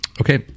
Okay